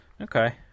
Okay